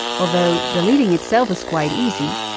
although deleting itself is quite easy,